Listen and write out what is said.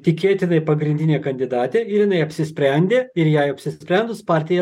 tikėtinai pagrindinė kandidatė ir jinai apsisprendė ir jai apsisprendus partija